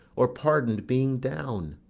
or pardon'd being down?